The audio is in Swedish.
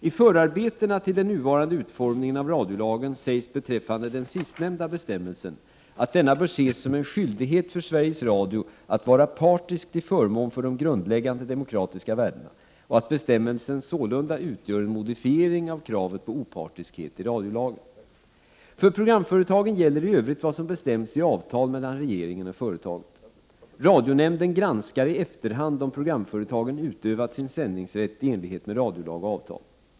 I förarbetena till den nuvarande utformningen av radiolagen sägs beträffande den sistnämnda bestämmelsen att denna bör ses som en skyldighet för Sveriges Radio att vara partisk till förmån för de grundläggande demokratiska värdena och att bestämmelsen sålunda utgör en modifiering av kravet på opartiskhet i radiolagen. För programföretagen gäller i övrigt vad som bestäms i avtal mellan regeringen och företaget. Radionämnden granskar i efterhand om programföretagen utövat sin sändningsrätt i enlighet med radiolag och avtal.